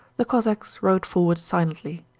the cossacks rode forward silently,